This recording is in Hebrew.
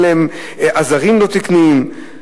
עזרים לא תקניים.